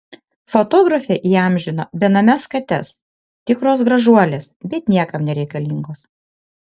fotografė įamžino benames kates tikros gražuolės bet niekam nereikalingos